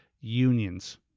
unions